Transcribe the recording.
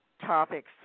topics